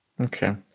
okay